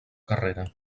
carrera